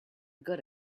good